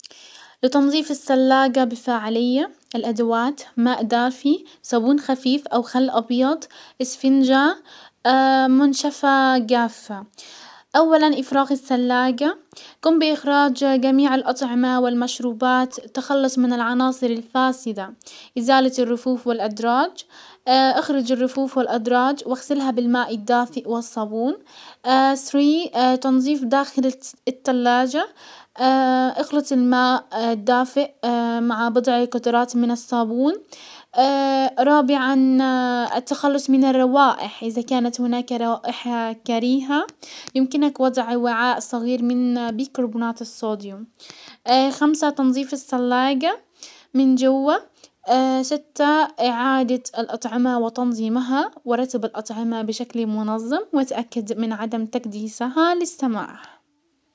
لتنظيف الثلاجة بفاعلية الادوات ماء دافي، صابون خفيف او خل ابيض، اسفنجة منشفة جافة. اولا افراغ الثلاجة، قم باخراج جميع الاطعمة والمشروبات، التخلص من الفاسدة ،ازالة الرفوف والادراج اخرج الرفوف والادراج واغسلها بالماء الدافئ والصابون. سري تنزيف داخل التلاجة، اخلطي الماء الدافئ مع بضع قطرات من الصابون. رابعا التخلص من الروائح ، اذا كانت هناك روائح كريهة يمكنك وضع وعاء صغير من بيكربونات الصوديوم. خمسة تنزيف السلاقة من جوا. ستة اعادة الاطعمة وتنزيمها، ورتب الاطعمة شكلي منظم واتأكد من عدم تكديسها للسماع.